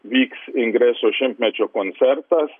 vyks ingreso šimtmečio koncertas